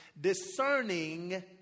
discerning